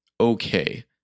okay